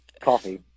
Coffee